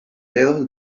dedos